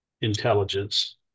intelligence